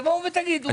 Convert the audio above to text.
תבואו ותגידו אותן.